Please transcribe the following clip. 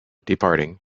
departing